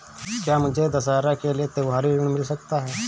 क्या मुझे दशहरा के लिए त्योहारी ऋण मिल सकता है?